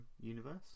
universe